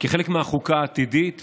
כחלק מהחוקה העתידית,